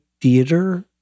Theater